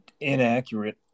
inaccurate